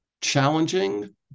challenging